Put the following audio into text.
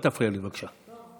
אל תפריע לי, בבקשה.